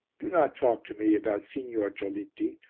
do not talk to me about signor giolitti,